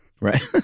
Right